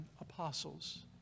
apostles